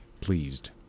pleased